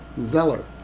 Zeller